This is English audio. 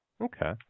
Okay